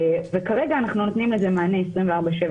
כרגע אנחנו נותנים לזה מענה 24/7,